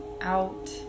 out